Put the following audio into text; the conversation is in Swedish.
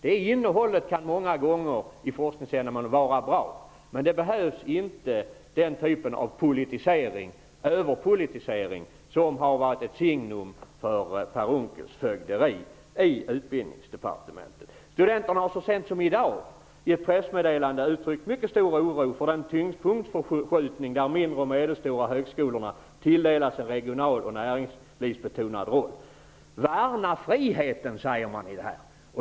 Det innehållet kan många gånger vara bra i forskningshänseende, men det är inte den typen av överpolitisering som behövs som har varit ett signum för Per Unckels fögderi i Studenterna har så sent som i dag i ett pressmeddelande uttryckt mycket stor oro för den tyngdpunktsförskjutning där de mindre och medelstora högskolorna tilldelas en regional och näringslivspolitiskt betonad roll. ''Värna friheten'', säger man.